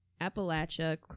Appalachia